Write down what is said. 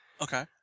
Okay